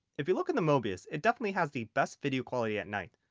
if you look at the mobius it definitely has the best video quality at night.